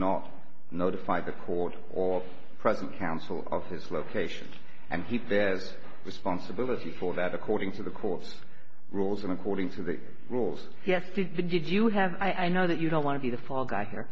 not notify the court or present counsel of his location and he says responsibility for that according to the court rules and according to the rules yes he did you have i know that you don't want to be the fall guy here